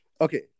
Okay